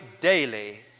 daily